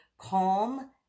calm